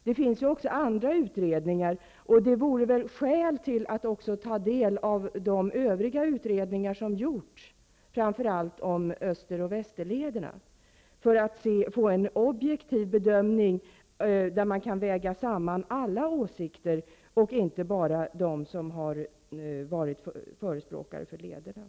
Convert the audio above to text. Det finns även andra utredningar, och det borde finnas skäl att ta del även av de övriga utredningar som har gjorts framför allt om Österoch Västerlederna för att man skall få en objektiv bedömning, så att man kan väga samman alla åsikter och inte bara åsikterna från dem som har varit förespråkare för lederna.